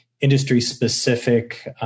industry-specific